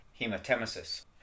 hematemesis